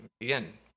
again